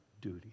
duty